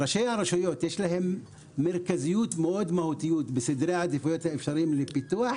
לראשי הרשויות יש מרכזיות מהותית בסדרי העדיפות לפיתוח